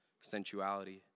sensuality